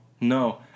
no